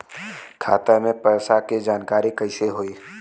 खाता मे पैसा के जानकारी कइसे होई?